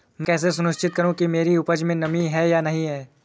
मैं कैसे सुनिश्चित करूँ कि मेरी उपज में नमी है या नहीं है?